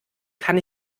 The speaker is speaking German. kann